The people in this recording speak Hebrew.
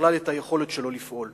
ובכלל את היכולת שלו לפעול.